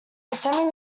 semi